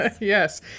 Yes